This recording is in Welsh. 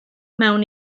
mewn